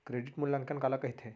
Credit मूल्यांकन काला कहिथे?